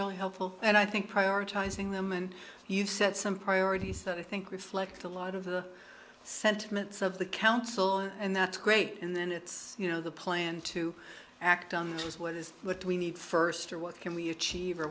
really helpful and i think prioritizing them and you've set some priorities that i think reflect a lot of the sentiments of the council and that's great and then it's you know the plan to act on just what is what we need first or what can we achieve